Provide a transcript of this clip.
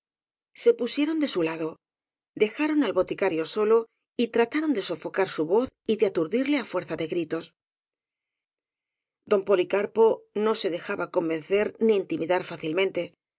se pusieron de su lado dejaron al boticario solo y trataron de sofo car su voz y de atúrdirle á fuerza de gritos don policarpo no se dejaba convencer ni intimi dar fácilmente